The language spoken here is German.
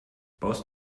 baust